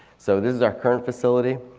so this is our current facility.